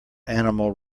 animal